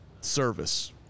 Service